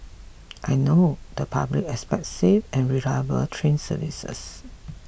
I know the public expects safe and reliable train services